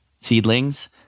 seedlings